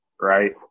right